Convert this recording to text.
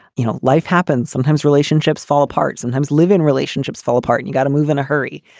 you know, life happens sometimes relationships fall apart, sometimes live in relationships fall apart. and you got to move in a hurry.